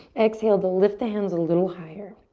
exhale to lift the hands a little higher.